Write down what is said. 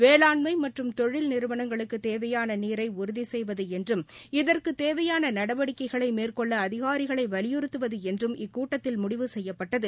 வேளாண்மை மற்றும் தொழில் நிறுவனங்களுக்கு தேவையான நீரை உறுதி செய்வது என்றும் இதற்கு தேவையான நடவடிக்கைகளை மேற்கொள்ள அதிகாரிகளை வலியறுத்துவது என்றும் இக்கூட்டத்தில் முடிவு செய்யப்பட்டது